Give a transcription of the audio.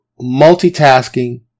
multitasking